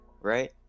right